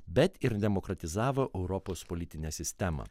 bet ir demokratizavo europos politinę sistemą